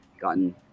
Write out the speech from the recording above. gotten